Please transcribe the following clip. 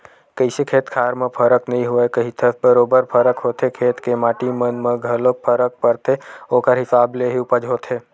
कइसे खेत खार म फरक नइ होवय कहिथस बरोबर फरक होथे खेत के माटी मन म घलोक फरक परथे ओखर हिसाब ले ही उपज होथे